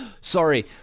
Sorry